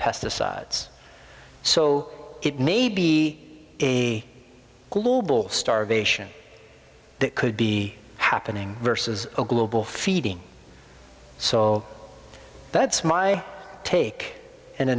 pesticides so it may be a global starvation that could be happening versus a global feeding so that's my take in a